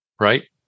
right